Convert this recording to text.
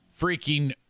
freaking